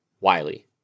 Wiley